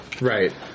Right